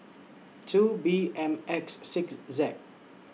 two B M X six Z